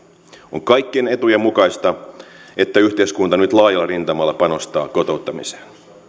on kaikkien etujen mukaista että yhteiskunta nyt laajalla rintamalla panostaa kotouttamiseen